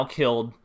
killed